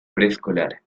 preescolar